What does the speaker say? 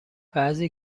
بعضی